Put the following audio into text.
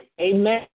Amen